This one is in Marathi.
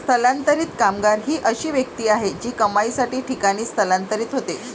स्थलांतरित कामगार ही अशी व्यक्ती आहे जी कमाईसाठी ठिकाणी स्थलांतरित होते